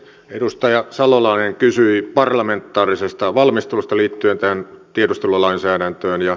edustaja salolainen kysyi parlamentaarisesta valmistelusta liittyen tähän tiedustelulainsäädäntöön